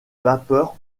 vapeur